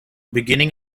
beginning